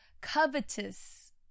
Covetous